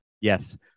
Yes